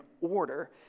order